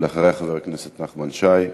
ואחריה, חבר הכנסת נחמן שי.